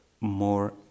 more